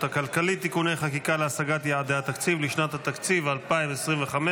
הכלכלית (תיקוני חקיקה להשגת יעדי התקציב לשנת התקציב 2025)